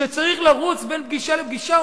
שצריך לרוץ בין פגישה לפגישה,